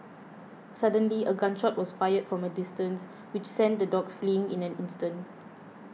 suddenly a gun shot was fired from a distance which sent the dogs fleeing in an instant